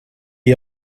est